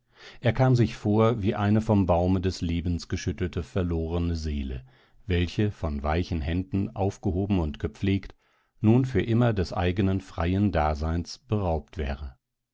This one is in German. er kam sich vor wie eine vom baume des lebens geschüttelte verlorene seele welche von weichen händen aufgehoben und gepflegt nun für immer des eigenen freien daseins beraubt wäre